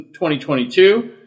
2022